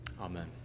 Amen